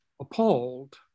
appalled